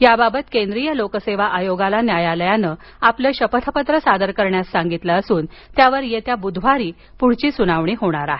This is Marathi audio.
याबाबत केंद्रीय लोकसेवा आयोगाला न्यायालयानं आपलं शपथपत्र सादर करण्यास सांगितलं असून त्यावर येत्या बुधवारी सुनावणी होणार आहे